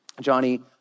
Johnny